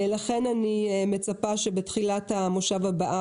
לכן אני מצפה שבתחילת המושב הבא,